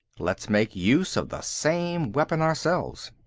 let's make use of the same weapon ourselves.